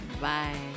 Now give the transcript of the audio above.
bye